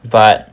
but